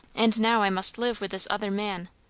and now i must live with this other man!